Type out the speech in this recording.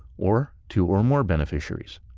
or two or more beneficiaries.